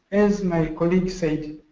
as my colleague said,